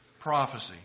prophecy